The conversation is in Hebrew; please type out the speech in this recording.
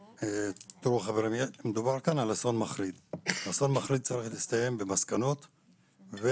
מדובר כאן על אסון מחריד ואסון מחריד צריך להסתיים במסקנות ובהרתעה.